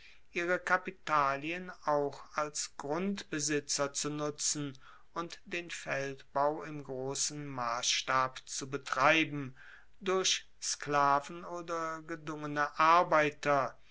ihre kapitalien auch als grundbesitzer zu nutzen und den feldbau im grossen massstab zu betreiben durch sklaven oder gedungene arbeiter